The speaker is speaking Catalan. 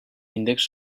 índexs